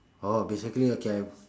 oh basically okay I